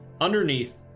underneath